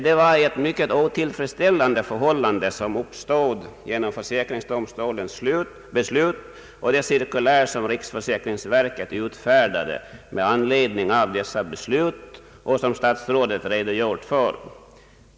Det var ett mycket otillfredsställande förhållande som uppstod genom försäkringsdomstolens beslut och det cirkulär som riksförsäkringsverket utfärdade med anledning av detta beslut och som statsrådet har redogjort för.